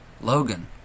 Logan